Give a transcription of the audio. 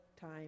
time